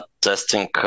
testing